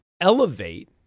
elevate